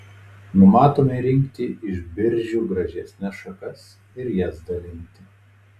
numatome rinkti iš biržių gražesnes šakas ir jas dalinti